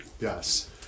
Yes